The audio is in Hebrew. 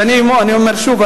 ואני אומר שוב,